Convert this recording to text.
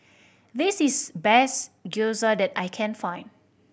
this is best Gyoza that I can find